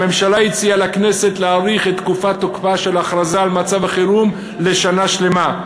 הממשלה הציעה לכנסת להאריך את תוקפה של ההכרזה על מצב החירום בשנה שלמה.